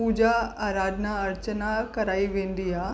पूजा अराधना अर्चना कराई वेंदी आहे